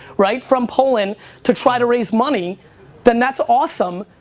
right from poland to try to raise money then that's awsome,